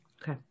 Okay